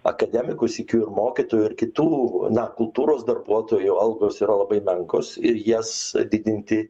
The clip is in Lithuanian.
akademikų sykiu mokytojų ir kitų na kultūros darbuotojų algos yra labai menkos ir jas didinti